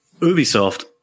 Ubisoft